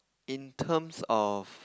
in terms of